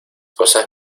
cosas